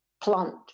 plant